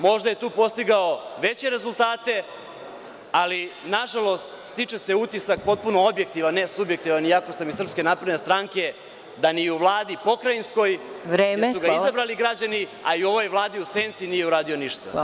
Možda je tu postigao veće rezultate, ali, nažalost, stiče se utisak potpuno objektivan, ne subjektivan iako sam iz SNS, da ni u Pokrajinskoj vladi gde su ga izabrali građani, a ni u ovoj vladi u senci nije uradio ništa.